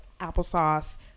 applesauce